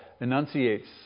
enunciates